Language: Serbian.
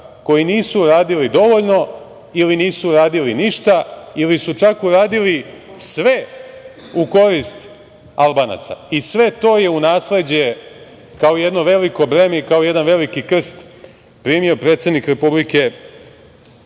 koji nisu radili dovoljno ili nisu radili ništa ili su čak uradili sve u korist Albanaca. Sve to je u nasleđe kao jedno veliko breme, kao jedan veliki krst primio predsednik Republike,